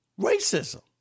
racism